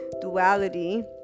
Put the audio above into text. duality